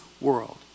world